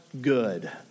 good